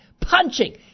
punching